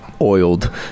oiled